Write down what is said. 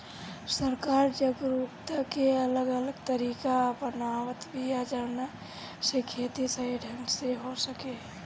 सरकार जागरूकता के अलग अलग तरीका अपनावत बिया जवना से खेती सही ढंग से हो सके